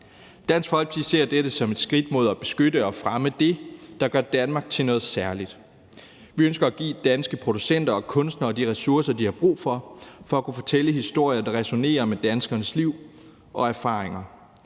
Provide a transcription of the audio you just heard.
Dansk Folkeparti ser dette som et skridt mod at beskytte og fremme det, der gør Danmark til noget særligt. Vi ønsker at give danske producenter og kunstnere de ressourcer, de har brug for, for at kunne fortælle historier, der resonerer med danskernes liv og erfaringer.